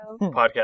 podcast